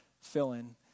fill-in